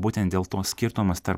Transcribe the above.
būtent dėl to skirtumas tarp